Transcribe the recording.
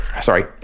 Sorry